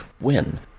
win